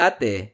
Ate